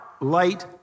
light